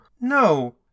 No